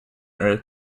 earth